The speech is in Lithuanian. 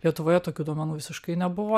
lietuvoje tokių duomenų visiškai nebuvo